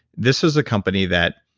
this is a company that,